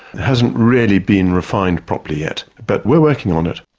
hasn't really been refined properly yet. but we're working on it.